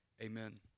Amen